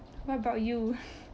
what about you